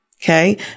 Okay